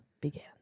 began